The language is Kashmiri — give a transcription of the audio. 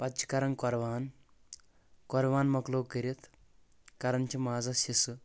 پتہٕ چھِ کران قۄربان قۄربان مۄکلوٚو کٔرِتھ کران چھِ مازس حصہٕ